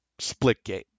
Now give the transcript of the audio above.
Splitgate